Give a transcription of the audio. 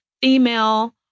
female